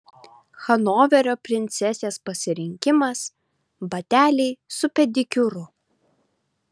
hanoverio princesės pasirinkimas bateliai su pedikiūru